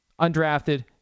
Undrafted